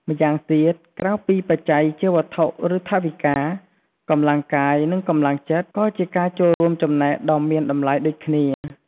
ម្យ៉ាងទៀតក្រៅពីបច្ច័យជាវត្ថុ ឬថវិកា កម្លាំងកាយ និងកម្លាំងចិត្ត ក៏ជាការចូលរួមចំណែកដ៏មានតម្លៃដូចគ្នា។